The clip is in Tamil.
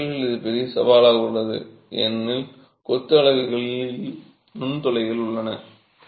கொத்து வேலைகளில் இது பெரிய சவாலாக உள்ளது ஏனெனில் கொத்து அலகுகளில் நுண்துளைகள் உள்ளன